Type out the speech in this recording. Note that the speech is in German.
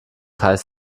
heißt